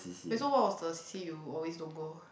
okay what was the C_C_A you always don't go